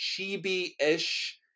chibi-ish